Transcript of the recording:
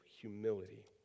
humility